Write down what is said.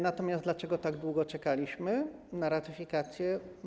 Natomiast dlaczego tak długo czekaliśmy na ratyfikację?